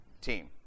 team